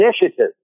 initiative